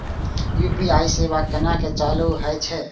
UPI सेवा केना चालू है छै?